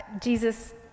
Jesus